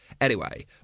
Anyway